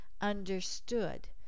understood